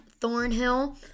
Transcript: Thornhill